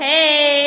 Hey